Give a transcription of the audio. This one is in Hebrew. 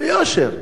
ביושר,